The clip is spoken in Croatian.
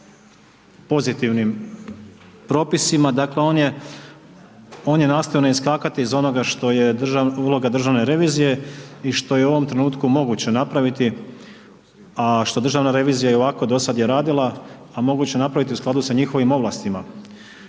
pozitivnim propisima, dakle on je, ona je nastojao ne iskakati iz onoga što je uloga državne revizije i što je u ovom trenutku moguće napraviti a što državna revizija i ovako do sada je napravila a moguće napraviti u skladu sa njihovim ovlastima.